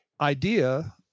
idea